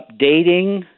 updating